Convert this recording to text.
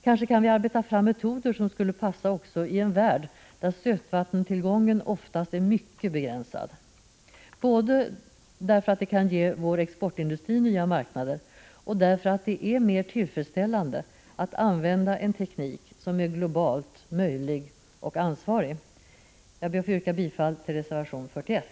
Kanske kan vi arbeta fram metoder som skulle passa också i en värld där sötvattentillgången oftast är mycket begränsad, både därför att det kan ge vår exportindustri nya marknader och därför att det är mer tillfredsställande att använda en teknik som är globalt möjlig och ansvarig. Jag ber att få yrka bifall till reservation 41.